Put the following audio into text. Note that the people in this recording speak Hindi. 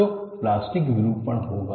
तो प्लास्टिक विरूपण होगा